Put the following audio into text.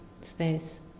space